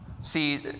See